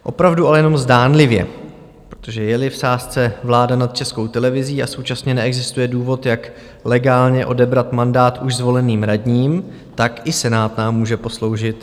Opravdu ale jenom zdánlivě, protože jeli v sázce vláda nad Českou televizí a současně neexistuje důvod, jak legálně odebrat mandát už zvoleným radním, tak i Senát nám může posloužit.